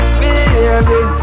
baby